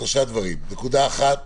נקודה אחת